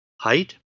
height